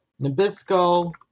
Nabisco